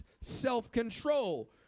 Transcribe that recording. self-control